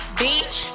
beach